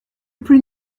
plus